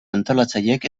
antolatzaileek